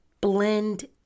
blend